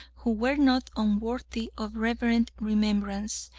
who were not unworthy of reverent remembrance,